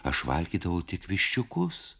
aš valgydavau tik viščiukus